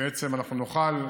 בעצם אנחנו נוכל,